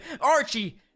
Archie